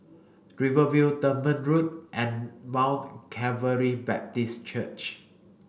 Rivervale Dunman Road and Mount Calvary Baptist Church